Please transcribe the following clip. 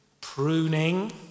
pruning